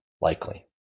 likely